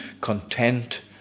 content